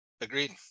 Agreed